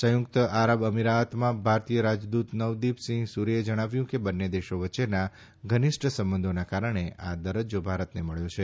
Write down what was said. સંયુકત આરબ અમીરાતમાં ભારતીય રાજદુત નવદીપસિંઘ સુરીએ જણાવ્યું કે બંને દેશો વચ્ચેના ઘનીષ્ઠ સંબંધોના કારણે આ દરજજા ભારતને મળ્યો છે